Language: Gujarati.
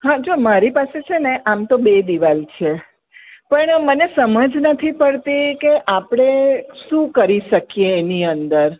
હા જો મારી પાસે છેને આમ તો બે દિવાલ છે પણ મને સમજ નથી પડતી કે આપણે શું કરી શકીએ એની અંદર